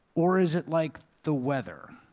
or is it like the weather?